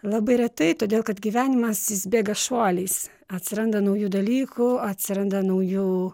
labai retai todėl kad gyvenimas jis bėga šuoliais atsiranda naujų dalykų atsiranda naujų